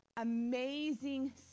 amazing